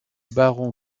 baron